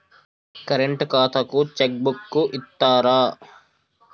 Current ఖాతాకు cheque book ఇత్తరా?